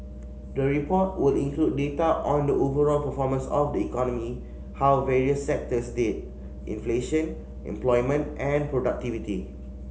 the report will include data on the overall performance of the economy how various sectors did inflation employment and productivity